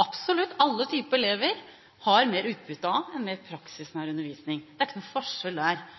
Absolutt alle typer elever har mer utbytte av en mer praksisnær undervisning. Det er ikke noen forskjell der